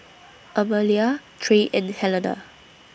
Amalia Trey and Helena